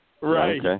Right